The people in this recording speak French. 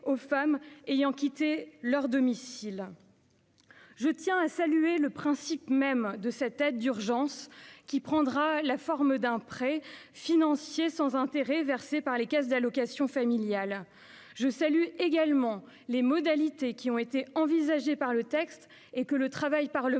aux femmes ayant quitté leur domicile. Je tiens à saluer le principe même de cette aide d'urgence, qui prendra la forme d'un prêt financier sans intérêt versé par les caisses d'allocations familiales. Je suis pleinement en accord avec les modalités envisagées par le texte, que le travail parlementaire